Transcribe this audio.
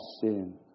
sin